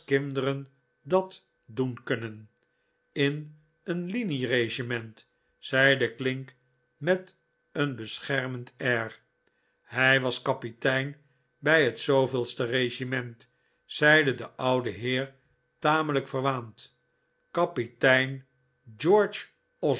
dat doen kunnen in een linieregiment zeide clink met een beschermend air hij was kapitein bij het de regiment zeide de oude heer tamelijk verwaand kapitein george